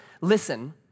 Listen